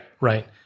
Right